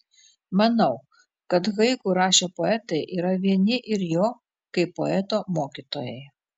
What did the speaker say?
manau kad haiku rašę poetai yra vieni ir jo kaip poeto mokytojai